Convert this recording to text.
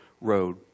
road